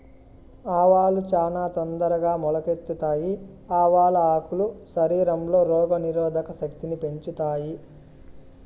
ఆవాలు చానా తొందరగా మొలకెత్తుతాయి, ఆవాల ఆకులు శరీరంలో రోగ నిరోధక శక్తిని పెంచుతాయి